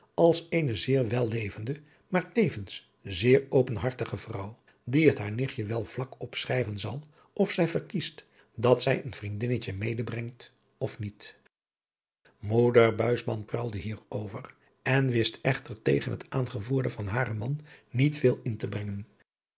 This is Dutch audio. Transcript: als eene zeer wellevende maar tevens zeer openhartige vrouw die het haar nichtje wel vlakop schrijven zal of zij verkiest dat zij een vriendinnetje medebrengt of niet moeder buisman pruilde hier over en wist echter tegen het aangevoerde van haren man niet veel in te brengen